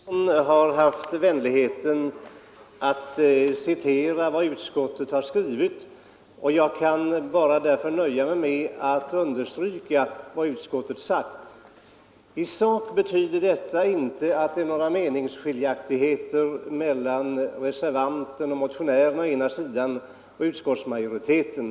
Herr talman! Herr Jonsson i Mora har haft vänligheten att citera vad utskottet skrivit, och jag kan därför nöja mig med att understryka vad utskottet sagt. I sak finns det inte några meningsskiljaktigheter mellan å ena sidan reservanten och motionärerna och å andra sidan utskottsmajoriteten.